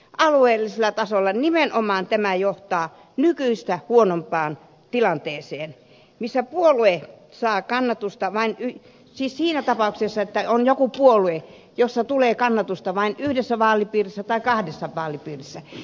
alueellisella tasolla nimenomaan tämä johtaa nykyistä huonompaan tilanteeseen missä puolue saa kannatusta vai ei siis siinä tapauksessa että puolueelle tulee kannatusta vain yhdessä vaalipiirissä tai kahdessa vaalipiirissä